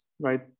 right